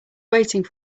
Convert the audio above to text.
waiting